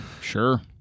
Sure